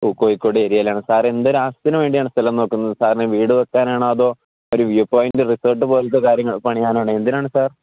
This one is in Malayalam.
പ കോഴിക്കോട് ഏരിയയിലാണ് സർന്ന്തൊ ആശത്തിന് വേണ്ടിയ സ്ഥലം നോക്കുന്നത് സാൻെ വീട് വെക്കാനാോതോ ഒരു വ്യൂ പോയിൻ്റ് റിസോർട്ട് പോലത്തെ കാര്യങ്ങൾ പണിയാനണോ എന്തിനാണ്ാർ